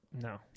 No